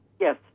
Yes